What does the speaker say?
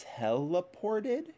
teleported